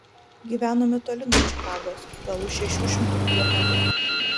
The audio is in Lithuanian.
gyvenome toli nuo čikagos gal už šešių šimtų kilometrų